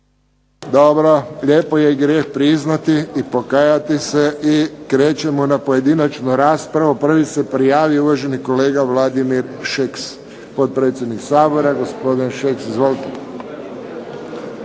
Dobro, lijepo je i grijeh priznati i pokajati se. Krećemo na pojedinačnu raspravu. Prvi se prijavio uvaženi kolega Vladimir Šeks, potpredsjednik Sabora. Gospodin Šeks, izvolite.